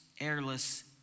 airless